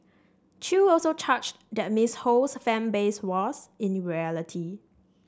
chew also charged that Ms Ho's fan base was in reality